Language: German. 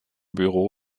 büro